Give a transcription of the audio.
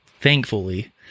Thankfully